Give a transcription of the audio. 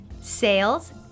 sales